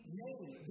name